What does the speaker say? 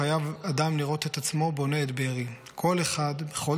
חייב אדם לראות את עצמו בונה את בארי / כל אחד בכל